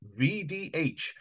VDH